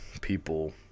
people